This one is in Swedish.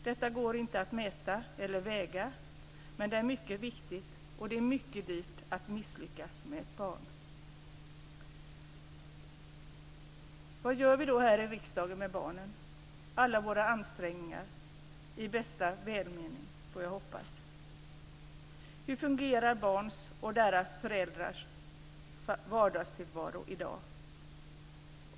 Detta går inte att mäta eller väga, men det är mycket viktigt, och det är mycket dyrt att misslyckas med ett barn. Vad gör vi då här i riksdagen för barnen? Vart leder alla våra ansträngningar - i bästa välmening, får jag hoppas - till? Hur fungerar barns och deras föräldrars vardagstillvaro i dag?